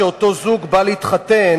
כשאותו זוג בא להתחתן,